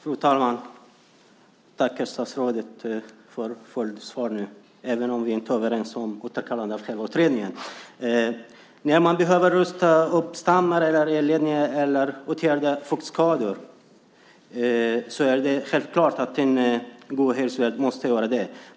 Fru talman! Jag tackar statsrådet för följdsvaret, även om vi inte är överens om återkallandet av själva utredningen. Det är självklart att en god hyresvärd måste rusta upp stammar, elledningar eller åtgärda fuktskador när det behövs.